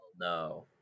no